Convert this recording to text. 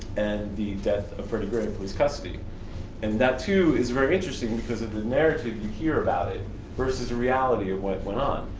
the death of freddie gray in police custody and that too, is very interesting because of the narrative you hear about it versus the reality of what went on.